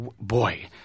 boy